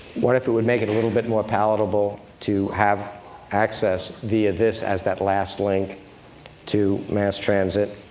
what if it would make it a little bit more palatable to have access via this, as that last link to mass transit,